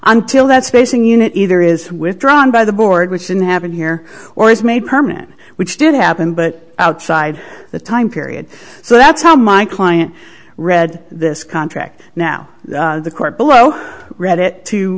until that spacing unit either is withdrawn by the board which didn't happen here or is made permanent which did happen but outside the time period so that's how my client read this contract now the court below read it to